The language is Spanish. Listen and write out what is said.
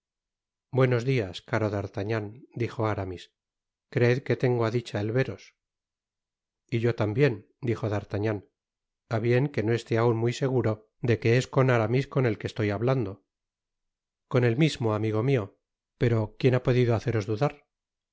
buenos dias caro d'artagnan dijo aramis creed que tengo á dicha el veros y yo tambien dijo d'artagnan á bien que no esté aun muy seguro de que es con aramis con el que estoy hablando con el mismo amigo mio pero quien ha podido haceros dudar